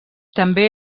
també